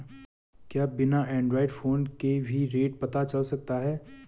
क्या बिना Android phone के भी रेट पता चल सकता है?